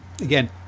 Again